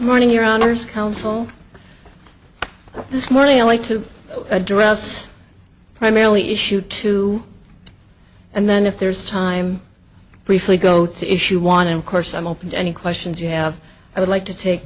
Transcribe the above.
morning your honour's council this morning i'd like to address primarily issue two and then if there's time briefly go to issue one and of course i'm open to any questions you have i would like to take